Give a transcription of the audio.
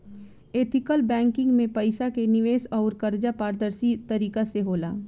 ethical banking में पईसा के निवेश अउर कर्जा पारदर्शी तरीका से होला